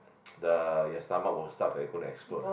the your stomach will start to going to explode ah